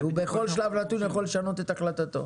בכל שלב נתון הוא יכול לשנות את החלטתו.